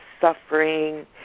suffering